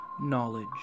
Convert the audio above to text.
knowledge